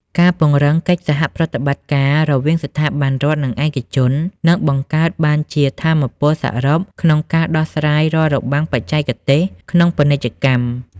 ការពង្រឹងកិច្ចសហប្រតិបត្តិការរវាងស្ថាប័នរដ្ឋ និងឯកជន នឹងបង្កើតបានជាថាមពលសរុបក្នុងការដោះស្រាយរាល់របាំងបច្ចេកទេសក្នុងពាណិជ្ជកម្ម។